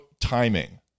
timing